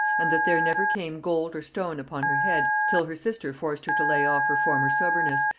and that there never came gold or stone upon her head, till her sister forced her to lay off her former soberness,